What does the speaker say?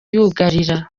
yugarira